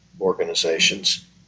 organizations